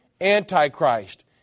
Antichrist